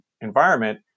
environment